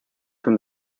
from